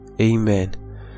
Amen